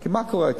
כי, מה קורה כאן?